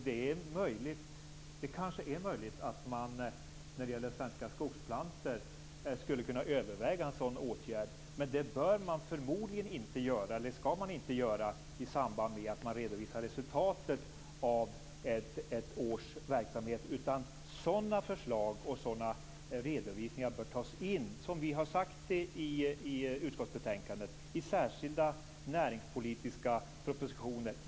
Det är möjligt att man när det gäller Svenska Skogsplantor skulle kunna överväga en sådan åtgärd, men det skall man inte göra i samband med att man redovisar resultatet av ett års verksamhet. Sådana förslag och sådana redovisningar bör tas in, som vi har sagt i utskottsbetänkandet, i särskilda näringspolitiska propositioner.